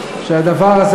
שהדבר הזה